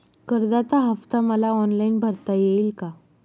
कर्जाचा हफ्ता मला ऑनलाईन भरता येईल का?